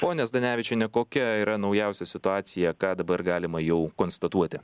ponia zdanevičiene kokia yra naujausia situacija ką dabar galima jau konstatuoti